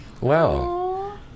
Wow